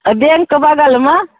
के बगलमे